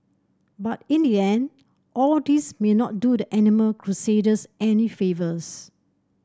but in the end all this may not do the animal crusaders any favours